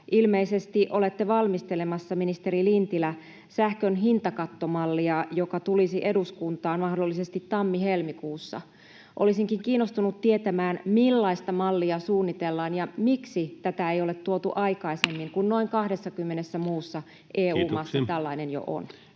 Ilmeisesti olette valmistelemassa, ministeri Lintilä, sähkön hintakattomallia, joka tulisi eduskuntaan mahdollisesti tammi—helmikuussa. Olisinkin kiinnostunut tietämään, millaista mallia suunnitellaan ja miksi tätä ei ole tuotu aikaisemmin, kun noin 20:ssä muussa EU-maassa tällainen jo on.